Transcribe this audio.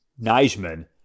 Nijman